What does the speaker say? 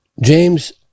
James